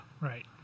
Right